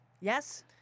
Yes